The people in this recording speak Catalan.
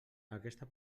aquesta